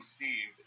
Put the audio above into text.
Steve